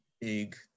big